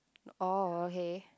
oh okay